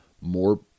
more